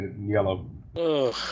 yellow